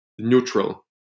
neutral